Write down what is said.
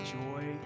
joy